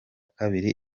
kabiri